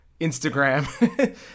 Instagram